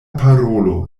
parolo